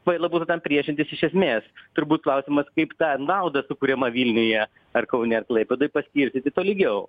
kvaila būtų tam priešintis iš esmės turbūt klausimas kaip tą naudą sukuriamą vilniuje ar kaune ar klaipėdoj paskirstyti tolygiau